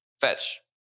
Fetch